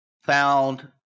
found